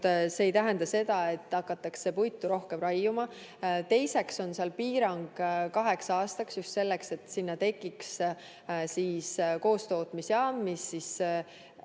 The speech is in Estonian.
see ei tähenda seda, et hakatakse puitu rohkem raiuma. Teiseks on seal piirang kaheks aastaks, just selleks, et sinna tekiks koostootmisjaam, mis